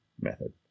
method